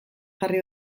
jarri